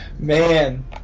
man